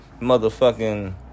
Motherfucking